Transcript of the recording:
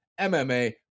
MMA